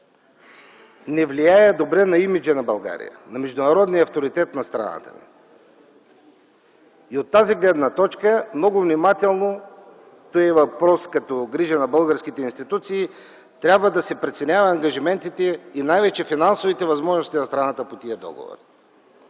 не влияе добре на имиджа на България, на международния авторитет на страната. От тази гледна точка с особено внимание стои въпроса, като грижа на българските институции, че трябва да се преценяват ангажиментите и най-вече финансовите възможности на страната по тия договори.